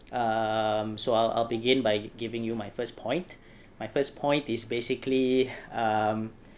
um so I'll I'll begin by giving you my first point my first point is basically um